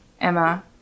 Emma